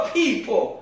people